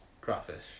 Crawfish